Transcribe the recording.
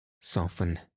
soften